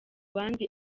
bandi